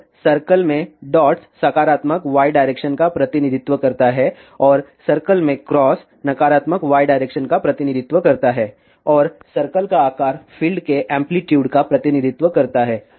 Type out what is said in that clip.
और सर्कल में डॉट्स सकारात्मक y डायरेक्शन का प्रतिनिधित्व करता है और सर्कल में क्रॉस नकारात्मक y डायरेक्शन का प्रतिनिधित्व करता है और सर्कल का आकार फील्ड के एम्पलीटूड का प्रतिनिधित्व करता है